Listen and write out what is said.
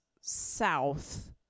south